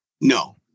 No